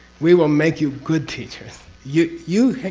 we will make you good teachers. you, you hang.